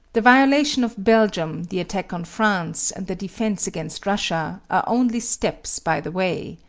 the violation of belgium, the attack on france and the defense against russia, are only steps by the way.